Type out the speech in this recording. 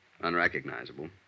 Unrecognizable